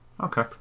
Okay